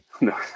No